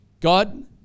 God